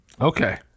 Okay